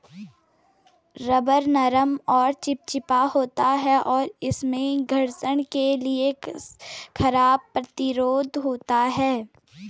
rubber नरम और चिपचिपा होता है, और इसमें घर्षण के लिए खराब प्रतिरोध होता है